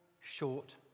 short